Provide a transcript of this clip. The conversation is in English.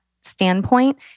standpoint